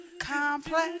complex